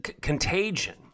contagion